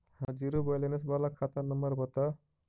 हमर zero balance बाला खाता नम्बर बत?